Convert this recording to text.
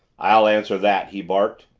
i'll answer that! he barked.